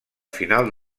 final